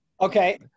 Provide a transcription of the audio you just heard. Okay